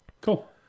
Cool